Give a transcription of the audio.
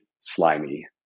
slimy